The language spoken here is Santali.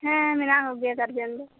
ᱦᱮᱸ ᱢᱮᱱᱟᱜ ᱠᱚᱜᱮᱭᱟ ᱜᱟᱨᱡᱮᱱ ᱫᱚ